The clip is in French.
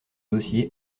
dossier